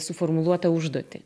suformuluotą užduotį